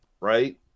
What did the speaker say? right